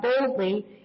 boldly